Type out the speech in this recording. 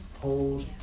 hold